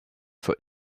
for